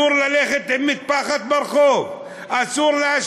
אסור ללכת עם מטפחת ברחוב,